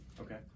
Okay